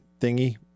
thingy